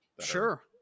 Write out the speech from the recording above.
Sure